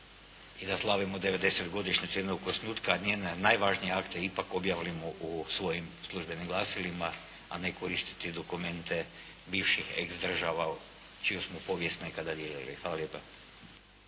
i da slavimo 90. godišnjicu jednog osnutka, njene najvažnije akte ipak objavimo u svojim službenim glasilima, a ne koristiti dokumente bivših ex država čiju smo povijest nekada dijelili. Hvala lijepa.